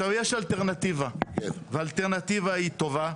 עכשיו יש אלטרנטיבה והאלטרנטיבה היא טובה,